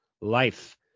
life